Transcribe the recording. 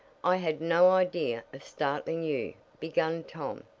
i had no idea of startling you, began tom,